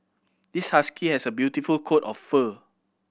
this husky has a beautiful coat of fur